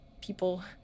people